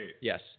Yes